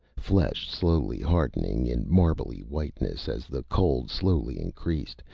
flesh slowly hardening in marbly whiteness, as the cold slowly increased.